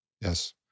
Yes